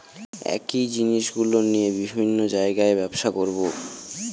একই জিনিসগুলো নিয়ে বিভিন্ন জায়গায় ব্যবসা করবো